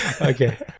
Okay